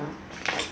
wait ah